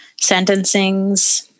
sentencings